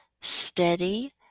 steady